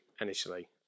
initially